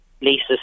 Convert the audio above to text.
Lisa